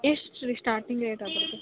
ಎಷ್ಟು ರೀ starting rate ಅದ್ರದ್ದು